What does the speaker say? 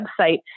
website